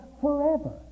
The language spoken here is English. forever